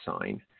sign